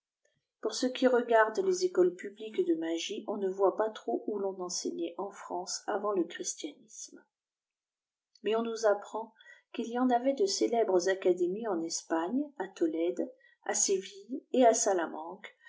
pour ce qui regarde les écoles publiques de magie on ne voit pas trop où on l'enseignait en france avant le christianisme mais on nous apprend qu'il y en avait de célèbres académies en espagne à tolède séville et à salamanque